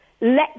let